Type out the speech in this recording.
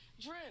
Drew